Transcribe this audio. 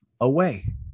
away